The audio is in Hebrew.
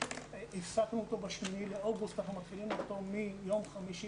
הפסקנו אותו ב-8 באוגוסט ואנחנו מתחילים אותו מיום חמישי